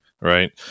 right